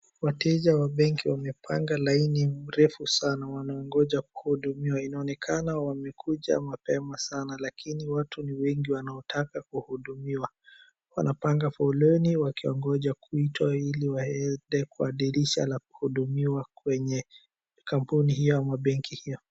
Wateja wa benki wamepanga laini mrefu sana, wanaongoja kuhudumiwa. Inaonekana wamekuja mapema sana, lakini watu ni wengi wanaotaka kuhudumiwa. Wanapanga foleni wakiongoja kuitwa ili waende kwa dirisha na kuhudumiwa kwenye kampuni hiyo ama benki hiyo.